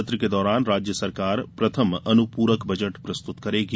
सत्र के दौरान राज्य सरकार प्रथम अनुप्रक बजट प्रस्तुत करेगी